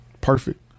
Perfect